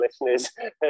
listeners